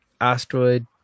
asteroid